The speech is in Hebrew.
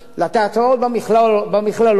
לתיאטראות במכללות.